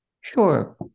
Sure